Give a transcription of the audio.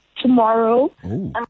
tomorrow